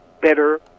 better